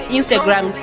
Instagram